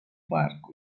park